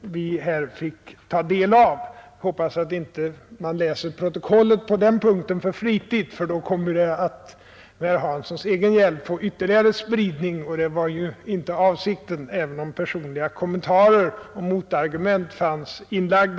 vi här fick ta del av. Jag hoppas emellertid att man inte läser protokollet på den punkten alltför flitigt, ty då kommer detta, med herr Hanssons hjälp, att få ytterligare spridning. Och det var nu inte avsikten, även om personliga kommentarer och motargument fanns inlagda.